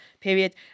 period